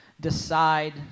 decide